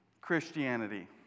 Christianity